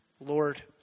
Lord